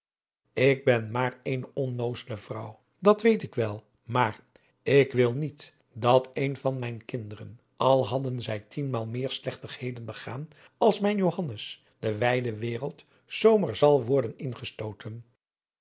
ik ben maar eene onnoozele vrouw dat weet ik wel maar ik wil niet dat een van mijn kinderen al hadden zij tienmaal meer slechtigheden begaan als mijn johannes de wijde wereld zoo maar zal worden ingestooten